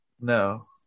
No